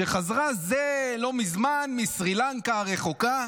שחזרה זה לא מזמן מסרי לנקה הרחוקה.